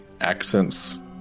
accents